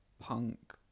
punk